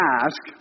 ask